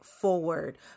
forward